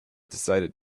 decided